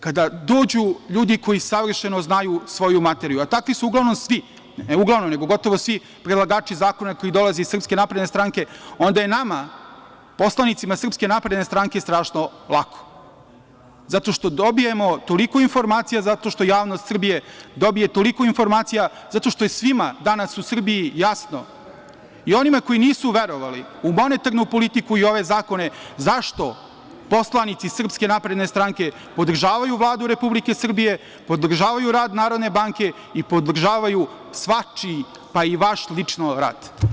Kada dođu ljudi koji savršeno znaju svoju materiju, a takvi su uglavnom svi, ne uglavnom nego gotovo svi predlagači zakona koji dolaze iz SNS, onda je nama poslanicima SNS strašno lako, zato što dobijemo toliko informacija, zato što javnost Srbije dobije toliko informacija, zato što je svima danas u Srbiji jasno i onima koji nisu verovali u monetarnu politiku i ove zakone, zašto poslanici SNS podržavaju Vladu Republike Srbije, podržavaju rad Narodne banke i podržavaju svačiji, pa i vaš lično rad.